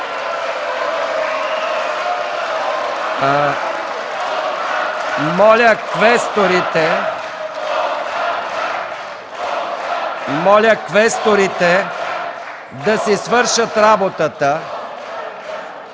Моля квесторите да си свършат работата.